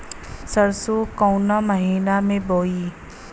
सरसो काउना महीना मे बोआई?